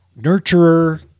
nurturer